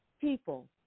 People